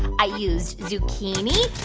i used zucchini,